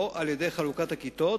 או על-ידי חלוקת הכיתות,